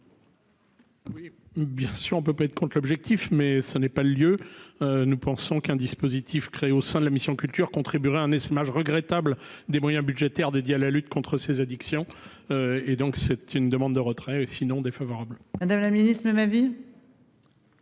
bien sûr, on peut pas être compte l'objectif mais ce n'est pas le lieu, nous pensons qu'un dispositif créé au sein de la mission Culture contribuerait un essaimage regrettable des moyens budgétaires dédiés à la lutte contre ses addictions et donc c'est une demande de retrait sinon défavorable. Madame la Ministre me ma vie.